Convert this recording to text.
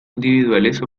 individuales